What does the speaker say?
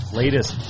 latest